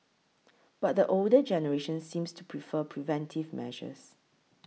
but the older generation seems to prefer preventive measures